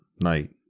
night